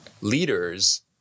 leaders